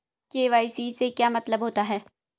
KYC से क्या लाभ होता है?